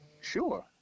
Sure